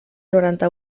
noranta